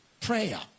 prayer